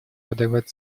подорвать